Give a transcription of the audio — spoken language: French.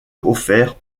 offert